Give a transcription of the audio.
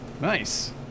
Nice